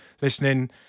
listening